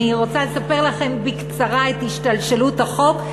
אני רוצה לספר לכם בקצרה את השתלשלות החוק,